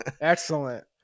Excellent